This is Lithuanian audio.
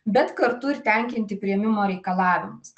bet kartu ir tenkinti priėmimo reikalavimus